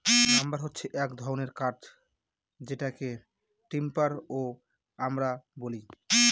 lumber হছে এক ধরনের কাঠ যেটাকে টিম্বার ও আমরা বলি